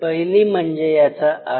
पहिली म्हणजे याचा आकार